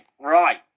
Right